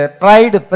pride